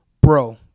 bro